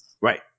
Right